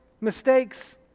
mistakes